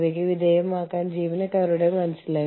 അതാണ് ആഭ്യന്തരവും അന്തർദേശീയവും തമ്മിലുള്ള വ്യത്യാസം